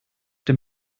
dem